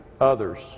others